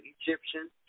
Egyptian